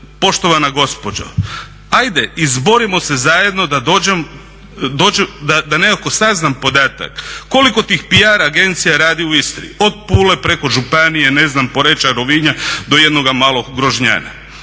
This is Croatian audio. poštovana gospođo ajde izborimo se zajedno da nekako saznam podatak koliko tih PR agencija radi u Istri, od Pule, preko županije ne znam Poreča, Rovinja do jednog malog Grožnjana.